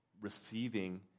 receiving